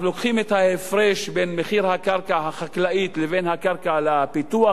אז לוקחים את ההפרש בין מחיר הקרקע החקלאית לבין הקרקע לפיתוח,